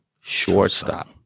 shortstop